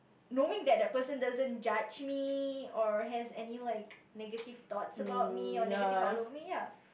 knowing that the person doesn't judge me or has any like negative thoughts about me or negative outlook of me ya